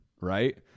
right